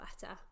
better